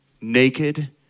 naked